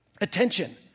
attention